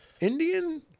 Indian